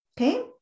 Okay